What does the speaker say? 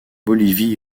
bolivie